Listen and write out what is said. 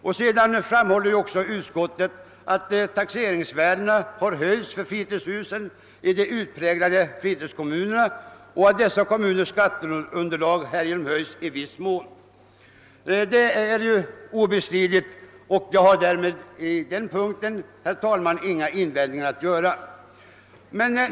Det framhåller också att taxeringsvärdena har höjts för fritidshus i de utpräglade fritidskommunerna och att dessa kommuners skatteunderlag härigenom i viss mån har höjts. Detta är obestridligt, och jag har ingen invändning att göra på den punkten.